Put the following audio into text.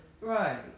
Right